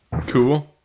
cool